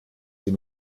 sie